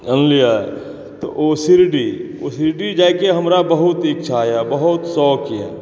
जानलिए तऽ ओ शिरडी ओ शिरडी जाय के हमरा बहुत इच्छा यऽ बहुत शौक़ यऽ